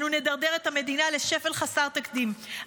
אנו נדרדר את המדינה לשפל חסר תקדים.